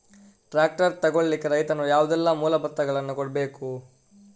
Tractor ತೆಗೊಳ್ಳಿಕೆ ರೈತನು ಯಾವುದೆಲ್ಲ ಮೂಲಪತ್ರಗಳನ್ನು ಕೊಡ್ಬೇಕು?